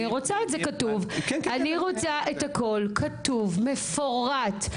אני רוצה את הכול כתוב מפורט.